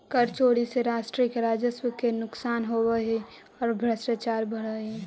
कर चोरी से राष्ट्र के राजस्व के नुकसान होवऽ हई औ भ्रष्टाचार बढ़ऽ हई